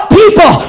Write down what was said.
people